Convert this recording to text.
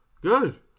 Good